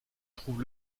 trouve